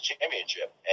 championship